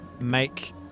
make